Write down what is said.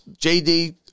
JD